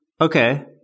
Okay